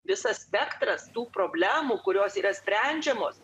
visas spektras tų problemų kurios yra sprendžiamos